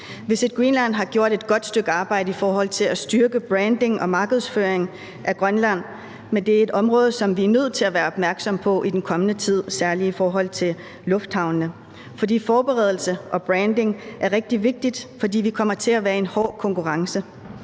Visit Greenland har gjort et godt stykke arbejde i forhold til at styrke branding og markedsføring af Grønland, men det er et område, som vi er nødt til at være opmærksomme på i den kommende tid, særlig i forhold til lufthavnene. Forberedelse og branding er rigtig vigtigt, for vi kommer til at være i en hård konkurrence.